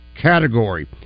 category